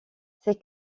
ces